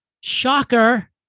Shocker